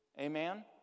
Amen